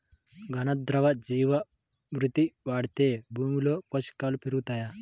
ఘన, ద్రవ జీవా మృతి వాడితే భూమిలో పోషకాలు పెరుగుతాయా?